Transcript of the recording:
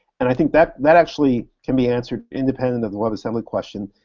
and i think that that actually can be answered independent of the webassembly question.